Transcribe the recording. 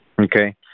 Okay